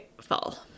fall